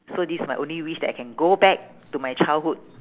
so this is my only wish that I can go back to my childhood